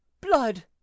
Blood